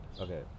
Okay